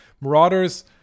Marauders